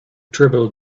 dribbled